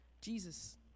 Jesus